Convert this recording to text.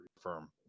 firm